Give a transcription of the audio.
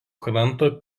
kranto